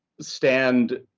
stand